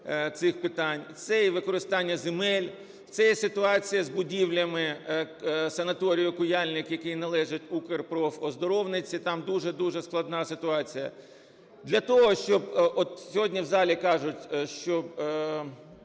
цих питань, це є використання земель, це є ситуація з будівлями санаторію "Куяльник", який належить "Укрпрофоздоровниці", там дуже-дуже складна ситуація. Для того, щоб… от сьогодні в залі кажуть, що